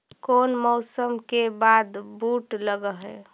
कोन मौसम के बाद बुट लग है?